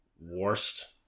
worst